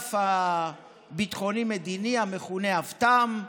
האגף הביטחוני-מדיני, המכונה אבט"ם,